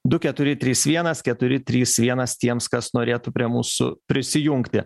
du keturi trys vienas keturi trys vienas tiems kas norėtų prie mūsų prisijungti